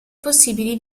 possibili